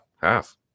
half